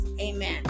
Amen